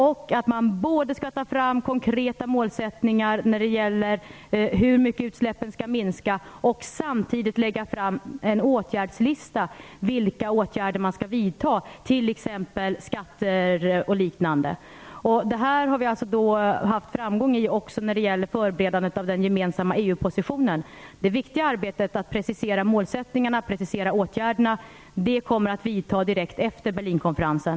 Dessutom gäller det att ta fram konkreta målsättningar när det gäller hur mycket utsläppen skall minska och att samtidigt lägga fram en lista över vilka åtgärder man skall vidta - skatter o.d. Där har vi haft framgång också när det gäller förberedandet av den gemensamma EU-positionen. Det viktiga arbetet, att precisera målsättningar och åtgärder, kommer att vidta direkt efter Berlinkonferensen.